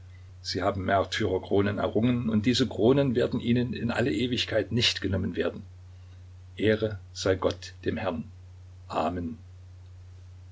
sie haben märtyrerkronen errungen und diese kronen werden ihnen in alle ewigkeit nicht genommen werden ehre sei gott dem herrn amen